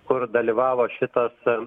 kur dalyvavo šitas